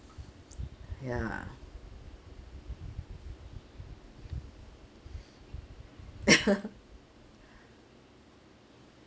ya